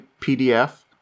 PDF